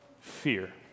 fear